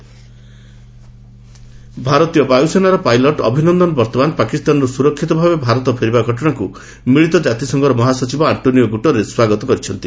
UN India pilot ଭାରତୀୟ ବାୟୁସେନାର pilot Abhinandan ବର୍ତ୍ତମାନ ପାକିସ୍ତାନରୁ ସୁରକ୍ଷିତ ଭାବେ ଭାରତ ଫେରିବା ଘଟଣାକୁ ମିଳିତ କାତିସଂଘର ମହାସଚିବ ଆକ୍ଟୋନୀ ଓ ଗୁଟାରେସ୍ ସ୍ୱାଗତ କରିଛନ୍ତି